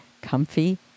comfy